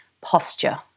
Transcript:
posture